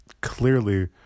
clearly